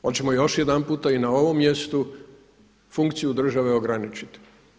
Hoćemo još jedanputa i na ovom mjestu funkciju države ograničiti?